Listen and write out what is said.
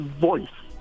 voice